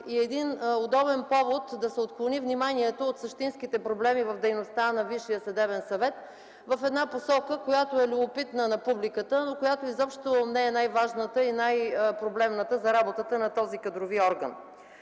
и удобен повод да се отклони вниманието от същинските проблеми в дейността на Висшия съдебен съвет в посока, която е любопитна на публиката, но която изобщо не е най-важната и най-проблемната за работата на този кадрови орган.